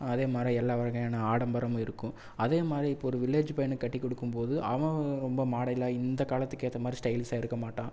அதே மாதிரி எல்லா வகையான ஆடம்பரமும் இருக்கும் அதே மாதிரி இப்போ ஒரு வில்லேஜ் பையனுக்கு கட்டி கொடுக்கும் போது அவன் ரொம்ப மாடலாக இந்த காலத்துக்கு ஏற்ற மாதிரி ஸ்டைலிஷாக இருக்க மாட்டான்